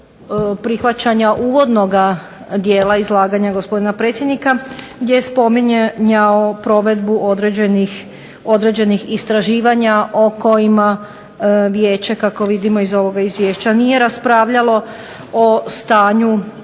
prihvaćanja uvodnoga dijela izlaganja gospodina predsjednika gdje je spominjao provedbu određenih istraživanja o kojima Vijeće kako vidimo iz ovoga izvješća nije raspravljalo, o stanju